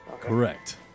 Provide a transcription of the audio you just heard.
Correct